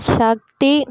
சக்தி